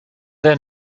der